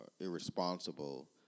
irresponsible